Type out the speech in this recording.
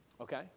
Okay